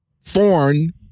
foreign